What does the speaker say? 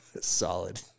Solid